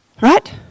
Right